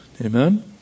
Amen